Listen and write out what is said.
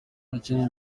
abakinnyi